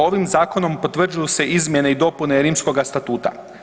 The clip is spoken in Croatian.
Ovim Zakonom potvrđuju se izmjene i dopune Rimskoga statuta.